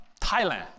Thailand